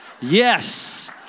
Yes